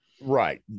Right